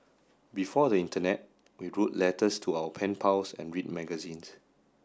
before the internet we wrote letters to our pen pals and read magazines